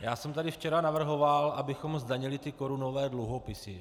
Já jsem tady včera navrhoval, abychom zdanili korunové dluhopisy.